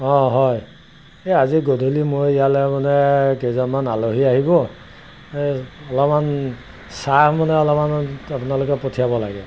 অঁ হয় এই আজি গধূলি মই ইয়ালৈ মানে কেইজনমান আলহী আহিব এই অলপমান চাহ মানে অলপমান আপোনালোকে পঠিয়াব লাগে